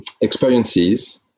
experiences